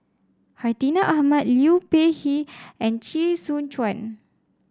Hartinah Ahmad Liu Peihe and Chee Soon Juan